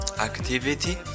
activity